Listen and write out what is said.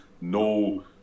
no